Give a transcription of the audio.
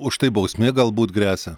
už tai bausmė galbūt gresia